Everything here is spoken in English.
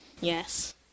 yes